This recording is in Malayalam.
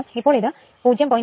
അപ്പോൾ ഇത് 0